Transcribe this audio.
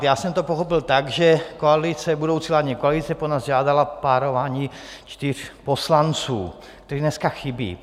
Já jsem to pochopil tak, že budoucí vládní koalice po nás žádala párování čtyř poslanců, kteří dneska chybí.